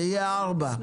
זה יהיה ארבע.